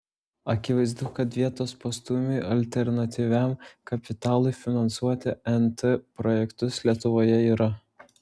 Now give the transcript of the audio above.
akivaizdu kad vietos postūmiui alternatyviam kapitalui finansuoti nt projektus lietuvoje yra